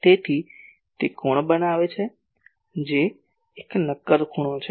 તેથી તે કોણ બનાવે છે જે એક નક્કર ખૂણો છે